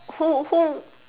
who who